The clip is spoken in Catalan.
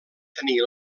tenir